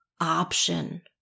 option